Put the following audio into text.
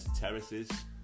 terraces